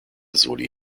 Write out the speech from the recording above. soli